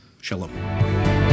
Shalom